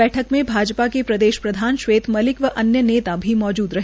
बैठक में भाजपा के प्रदेश प्रधान श्वेत मलिक व अन्य नेता भी मौज़द रहे